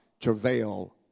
travail